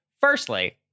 firstly